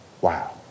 Wow